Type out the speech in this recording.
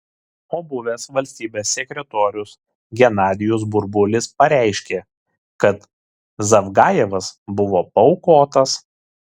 o buvęs valstybės sekretorius genadijus burbulis pareiškė kad zavgajevas buvo paaukotas